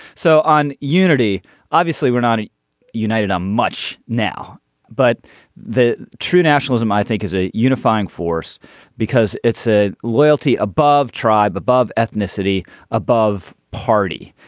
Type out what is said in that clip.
so on unity obviously we're not united on much now but the true nationalism i think is a unifying force because it's a loyalty above tribe above ethnicity above party.